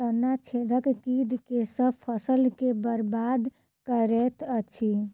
तना छेदक कीट केँ सँ फसल केँ बरबाद करैत अछि?